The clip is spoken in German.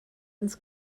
ins